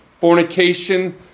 fornication